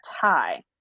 tie